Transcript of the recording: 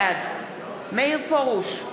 בעד מאיר פרוש,